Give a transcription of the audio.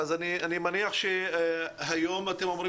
אני מניח שהיום אתם אמורים